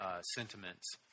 sentiments